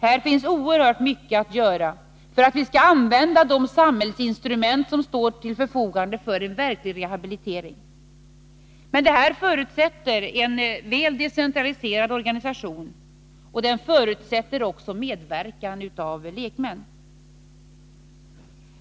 Här finns oerhört mycket att göra för att vi skall använda de samhällsinstrument som står till förfogande för en verklig rehabilitering. Men det förutsätter en väl decentraliserad organisation och det förutsätter också medverkan av lekmän.